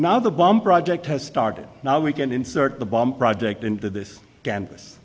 now the bomb project has started now we can insert the bomb project into this canvas